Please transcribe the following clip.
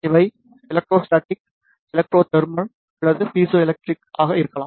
இவை electrostatic electro thermal அல்லது piezo electric ஆக இருக்கலாம்